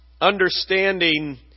understanding